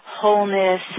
wholeness